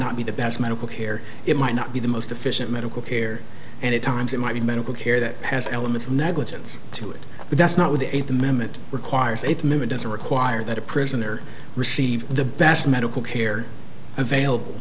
not be the best medical care it might not be the most efficient medical care and it times it might be medical care that has an element of negligence to it but that's not what the eighth amendment requires eight minute doesn't require that a prisoner receive the best medical care available